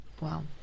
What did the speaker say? Wow